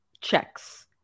checks